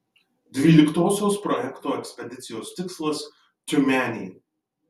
dvyliktosios projekto ekspedicijos tikslas tiumenė